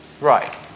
Right